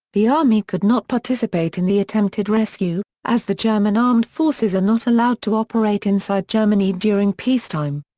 the army could not participate in the attempted rescue, as the german armed forces are not allowed to operate inside germany during peacetime.